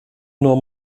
nur